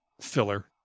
Filler